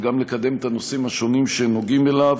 וגם כדי לקדם את הנושאים השונים שנוגעים אליו.